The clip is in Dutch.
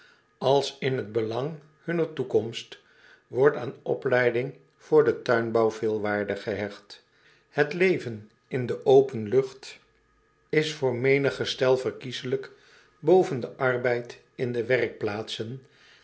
als in het belang hunner toekomst wordt aan opleiding voor den tuinbouw veel waarde gehecht het leven in de open lucht is voor menig gestel verjacobus craandijk wandelingen door nederland met pen en potlood eel kieslijk boven den arbeid in de werkplaatsen